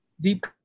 Deep